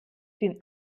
den